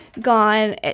gone